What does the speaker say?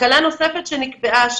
הקלה נוספת שנקבעה,